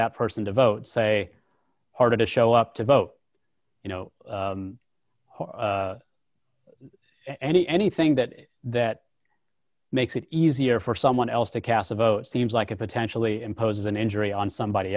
that person to vote say harder to show up to vote you know any anything that that makes it easier for someone else to cast a vote seems like a potentially imposes an injury on somebody